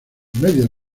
medios